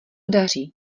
daří